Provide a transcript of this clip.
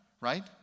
right